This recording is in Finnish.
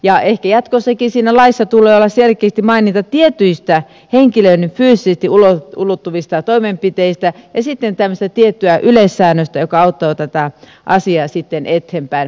ja ehkä jatkossakin siinä laissa tulee olla selkeästi maininta tietyistä henkilöön fyysisesti ulottuvista toimenpiteistä ja sitten tämmöistä tiettyä yleissäännöstä joka auttaa tätä asiaa sitten eteenpäin